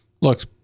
looks